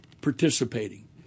participating